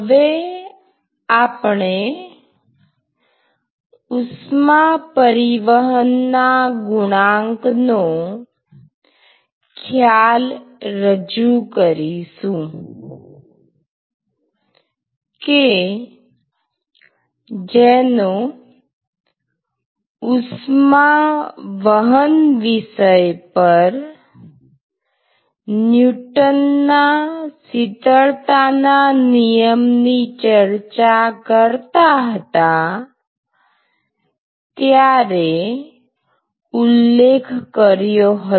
હવે આપણે ઉષ્મા પરિવહનના ગુણાંક નો ખ્યાલ રજૂ કરીશું કે જેનો ઉષ્માવહન વિષય પર ન્યુટનના શીતળતા ના નિયમ ની ચર્ચા કરતા હતા ત્યારે ઉલ્લેખ કર્યો હતો